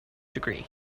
degree